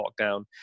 lockdown